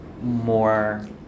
more